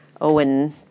Owen